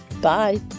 Bye